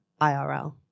IRL